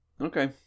Okay